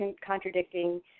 contradicting